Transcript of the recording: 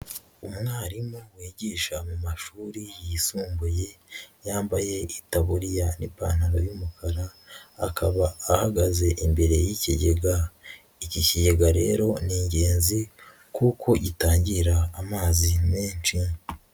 Umwarimu wigisha mu mashuri yisumbuye, yambaye itaburiya n'ipantaro y'umukara, akaba ahagaze imbere y'ikigega, iki kigega rero ni ingenzi, kuko gitangira amazi menshi.